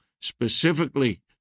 specifically